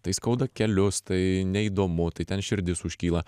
tai skauda kelius tai neįdomu tai ten širdis užkyla